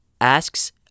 asks